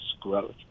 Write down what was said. growth